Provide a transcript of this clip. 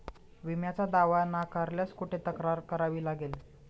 विम्याचा दावा नाकारल्यास कुठे तक्रार करावी लागेल?